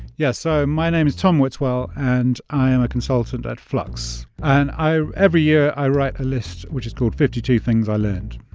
yeah. so my name is tom whitwell, and i am a consultant at fluxx. and i every year, i write a list, which is called fifty two things i learned.